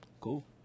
cool